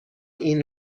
این